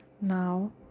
now